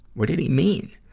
what did he mean?